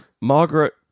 Margaret